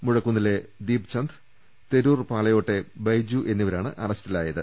മുഴക്കുന്നിലെ ദീപ്ചന്ദ് തെരൂർ പാലയോട്ടെ ബൈജു എന്നിവരാണ് അറസ്റ്റിലായത്